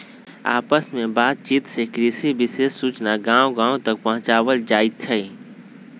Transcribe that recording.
आपस में बात चित से कृषि विशेष सूचना गांव गांव तक पहुंचावल जाईथ हई